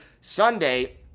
Sunday